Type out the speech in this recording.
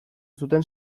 zuten